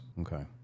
Okay